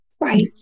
right